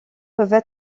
peuvent